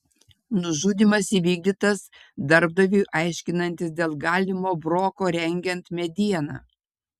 nužudymas įvykdytas darbdaviui aiškinantis dėl galimo broko rengiant medieną